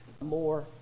more